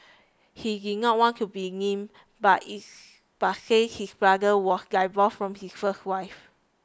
he did not want to be named but its but said his brother was divorced from his first wife